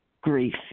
Grief